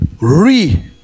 Re